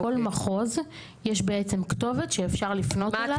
לכל מחוז יש בעצם כתובת שאפשר לפנות אליה.